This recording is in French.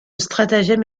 stratagème